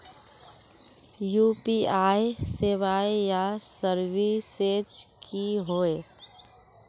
UPI सेवाएँ या services की होय?